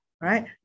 right